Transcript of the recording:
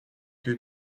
que